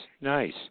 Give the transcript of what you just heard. Nice